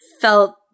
felt